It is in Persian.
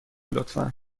لطفا